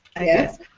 Yes